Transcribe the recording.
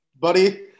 buddy